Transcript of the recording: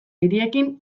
hiriekin